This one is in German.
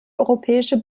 europäische